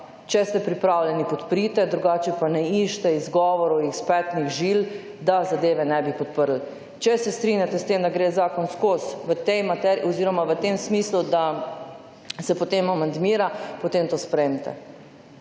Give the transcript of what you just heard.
če ste pripravljeni, podprite, drugače pa ne iščite izgovorov iz petnih žil, da zadeve ne bi podprl. Če se strinjate s tem, da gre zakon skozi v tej mater…, oziroma v tem smislu, da se potem amandmira, potem to sprejmite.